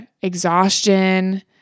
exhaustion